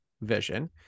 vision